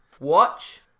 Watch